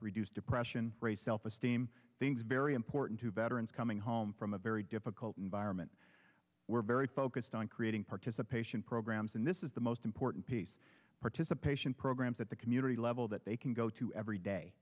reduce depression re self esteem things very important to veterans coming home from a very difficult environment we're very focused on creating participation programs and this is the most important piece participation programs at the community level that they can go to every day